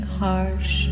harsh